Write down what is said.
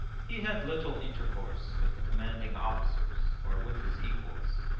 he had little intercourse with the commanding officers or with his equals.